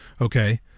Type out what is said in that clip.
Okay